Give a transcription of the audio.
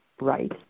right